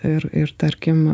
ir ir tarkim